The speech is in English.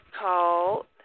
called